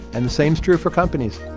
and the same's true for companies